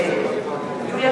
נגד יוליה